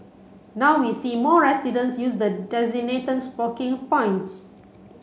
now we see more residents use the designated smoking points